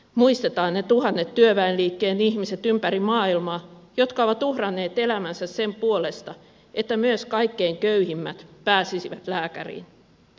muistetaan ne tuhannet työväenliikkeen ihmiset ympäri maailmaa jotka ovat uhranneet elämänsä sen puolesta että myös kaikkein köyhimmät pääsisivät lääkäriin